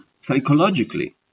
psychologically